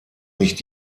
nicht